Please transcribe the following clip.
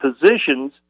positions